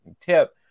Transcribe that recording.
tip